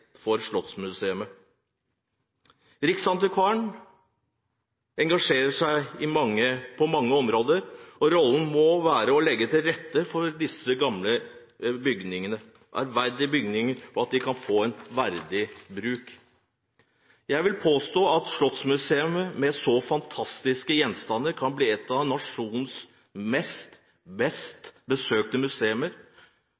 for et slottsmuseum. Riksantikvaren engasjerer seg på mange områder, og rollen må være å legge til rette for at disse gamle, ærverdige bygningene kan få en verdig bruk. Jeg vil påstå at et slottsmuseum med så fantastiske gjenstander kan bli et av nasjonens mest